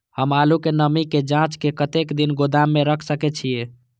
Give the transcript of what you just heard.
हम आलू के नमी के जाँच के कतेक दिन गोदाम में रख सके छीए?